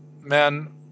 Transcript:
men